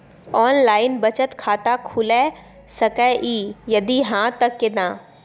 Online बचत खाता खुलै सकै इ, यदि हाँ त केना?